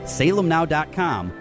salemnow.com